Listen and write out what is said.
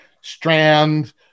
strand